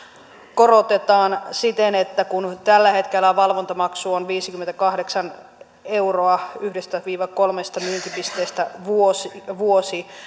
siten että kun tällä hetkellä valvontamaksu on viisikymmentäkahdeksan euroa yhdestä viiva kolmesta myyntipisteestä per vuosi niin